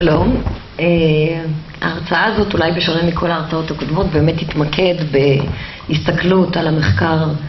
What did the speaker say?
.ההרצאה הזאת, אולי בשונה מכל ההרצאות הקודמות, באמת תתמקד בהסתכלות על המחקר